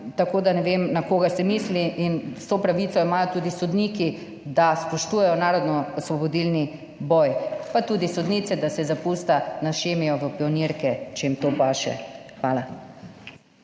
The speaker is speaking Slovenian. tako da ne vem, koga ste mislili. Tudi sodniki imajo vso pravico, da spoštujejo narodnoosvobodilni boj, pa tudi sodnice, da se za pusta našemijo v pionirke, če jim to paše. Hvala.